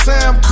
Sam